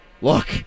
look